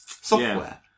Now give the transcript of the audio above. software